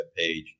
webpage